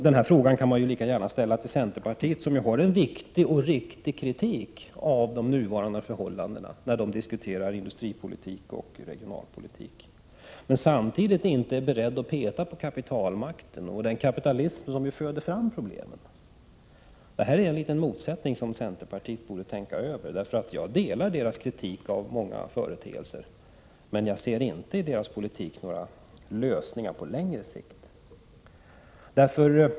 Denna fråga kan lika gärna ställas till centerpartiet, som ju för fram en viktig och riktig kritik av de nuvarande förhållandena i diskussionen om industripolitik och regionalpolitik. Men samtidigt är man inte beredd att peta på kapitalmakten och den kapitalism som föder fram problemen. Det är en motsättning som centerpartiet borde tänka över. Jag delar kritiken av många företeelser, men jag ser inte i centerns politik några lösningar på längre sikt.